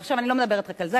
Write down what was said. אני לא מדברת רק על זה,